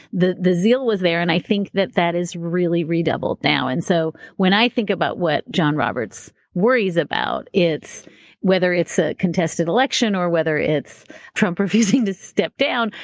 the the zeal was there and i think that that is really redoubled now. and so when i think about what john roberts worries about, it's whether it's a contested election or whether it's trump refusing to step down.